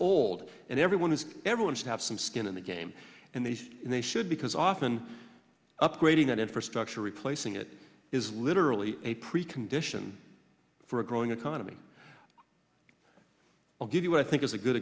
old and everyone is ever going to have some skin in the game and they say they should because often upgrading an infrastructure replacing it is literally a precondition for a growing economy i'll give you what i think is a good